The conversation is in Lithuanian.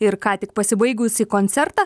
ir ką tik pasibaigusį koncertą